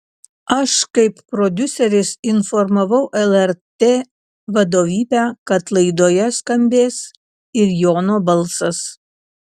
aš kaip prodiuseris informavau lrt vadovybę kad laidoje skambės ir jono balsas